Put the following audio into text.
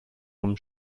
vom